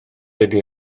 ydi